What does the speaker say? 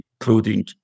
including